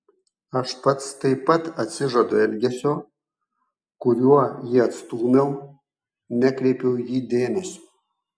aš pats taip pat atsižadu elgesio kuriuo jį atstūmiau nekreipiau į jį dėmesio